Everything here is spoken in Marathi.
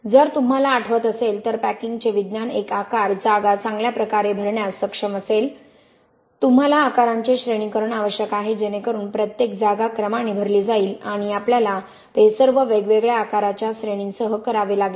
जर तुम्हाला आठवत असेल तर पॅकिंगचे विज्ञान एक आकार जागा चांगल्या प्रकारे भरण्यास सक्षम असेल तुम्हाला आकारांचे श्रेणीकरण आवश्यक आहे जेणेकरुन प्रत्येक जागा क्रमाने भरली जाईल आणि आपल्याला ते सर्व वेगवेगळ्या आकाराच्या श्रेणींसह करावे लागेल